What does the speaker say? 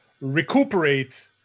recuperate